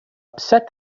upset